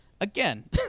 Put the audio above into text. again